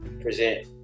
present